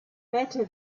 better